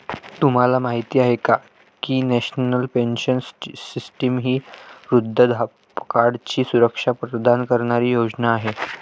तुम्हाला माहिती आहे का की नॅशनल पेन्शन सिस्टीम ही वृद्धापकाळाची सुरक्षा प्रदान करणारी योजना आहे